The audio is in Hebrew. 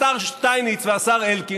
השר שטייניץ והשר אלקין,